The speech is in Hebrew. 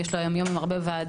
יש לו היום יום עם הרבה וועדות,